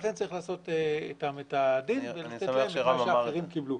ולכן צריך לעשות איתם את הדין ולתקן את מה שאחרים קיבלו.